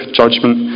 judgment